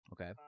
Okay